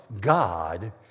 God